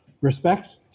respect